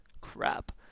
crap